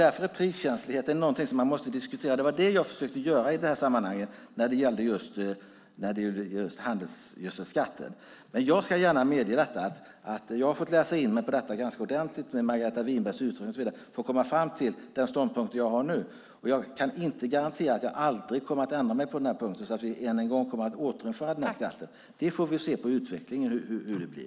Därför är priskänsligheten någonting som man måste diskutera, och det var det jag försökte göra i sammanhanget med handelsgödselskatten. Jag ska gärna medge att jag har fått läsa in mig på detta ganska ordentligt med Margareta Winbergs utredning och så vidare för att komma fram till den ståndpunkt jag har nu. Och jag kan inte garantera att jag aldrig kommer att ändra mig på denna punkt och att vi en gång kommer att återinföra skatten. Vi får se på utvecklingen hur det blir.